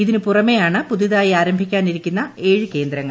ഇതിനുപുറമെയാണ് പുതുതായി ആരംഭിക്കാനിരിക്കുന്ന ഏഴ് കേന്ദ്രങ്ങൾ